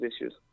issues